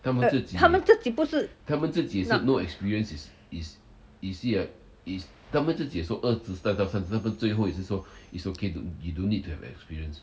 他们自己不是